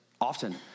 often